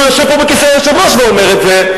והוא יושב פה בכיסא היושב-ראש ואומר את זה,